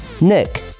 Nick